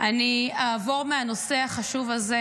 אני אעבור מהנושא החשוב הזה